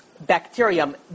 bacterium